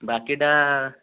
ବାକିଟା